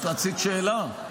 את רצית שאלה?